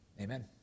Amen